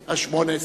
92) (הבניית שיקול הדעת השיפוטי בענישה),